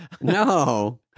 No